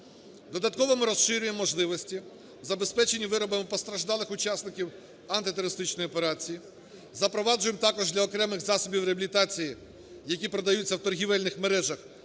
Додатково ми розширюємо можливості в забезпеченні виробами постраждалих учасників антитерористичної операції, запроваджуємо також для окремих засобів реабілітації, які продаються у торгівельних мережах,